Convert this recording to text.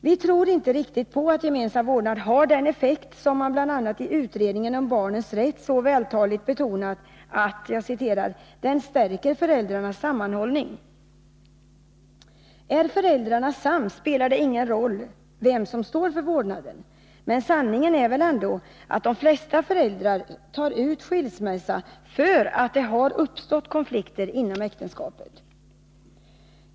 Vi tror inte riktigt på att gemensam vårdnad har den effekt som man bl.a. i utredningen om barnens rätt så vältaligt betonat, att den stärker föräldrarnas sammanhållning. Är föräldrarna sams, spelar det ingen roll vem som står för vårdnaden. Men sanningen är väl ändå att de flesta föräldrar tar ut skilsmässa därför att det har uppstått konflikter inom äktenskapet.